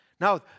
Now